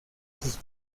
sus